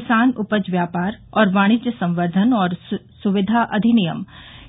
किसान उपज व्यापार और वाणिज्य संवर्धन और सुविधा अधिनियम